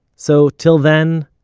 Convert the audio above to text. so till then,